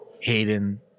Hayden